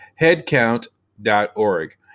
headcount.org